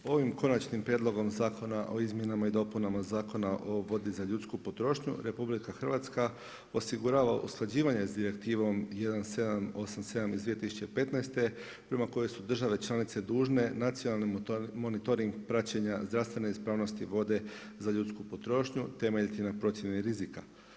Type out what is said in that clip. Ovim Konačnim prijedlogom Zakona o izmjenama i dopunama Zakona o vodi za ljudsku potrošnju RH osigurava usklađivanje s Direktivom 1787 iz 2015. prema kojoj su države članice dužne nacionalni monitoring praćenja zdravstvene ispravnosti vode za ljudsku potrošnju temeljiti na procjeni rizika.